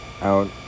out